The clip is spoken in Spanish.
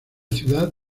ciudad